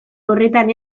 horretan